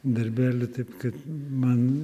darbelių taip kad man